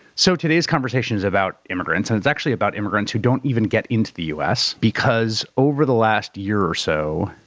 so today's conversation is about immigrants and it's actually about immigrants who don't even get into the u. s. because over the last year or so,